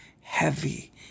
heavy